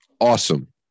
Awesome